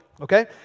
Okay